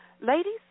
ladies